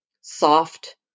soft